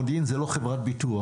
מודיעין זה לא חברת ביטוח.